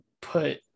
put